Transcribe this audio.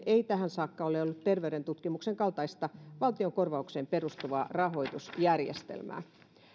ei tähän saakka ole ollut terveyden tutkimuksen kaltaista valtionkorvaukseen perustuvaa rahoitusjärjestelmää